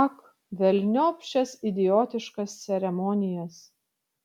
ak velniop šias idiotiškas ceremonijas